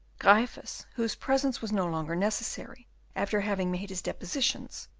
gryphus, whose presence was no longer necessary after having made his depositions,